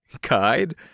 Guide